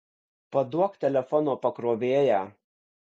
paduok telefono pakrovėją